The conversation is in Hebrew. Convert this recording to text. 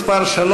יעל כהן-פארן,